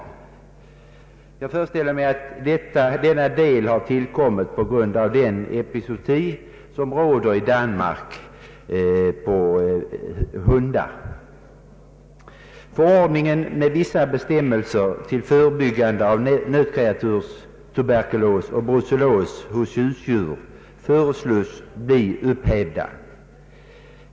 Jag föreställer mig att denna del har tillkommit på grund av den epizooti på hundar som graserar i Danmark. Förordningen med vissa bestämmelser till förebyggande av nötkreaturstuberkulos och brucellos hos husdjur föreslås bli upphävd.